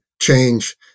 change